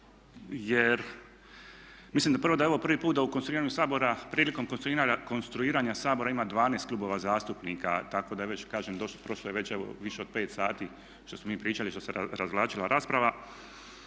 jer mislim da je ovo prvi put da u konstituiranju Sabora, prilikom konstituiranja Sabora ima 12 klubova zastupnika, tako da je već, kažem prošlo je već evo više od 5 sati što smo mi pričali i što se razvlačila rasprava.